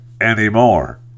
anymore